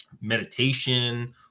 meditation